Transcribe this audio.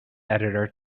editor